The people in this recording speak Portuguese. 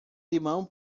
limão